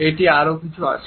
এখানে আরো কিছু আছে